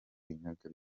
ibinyobwa